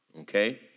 Okay